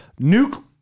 Nuke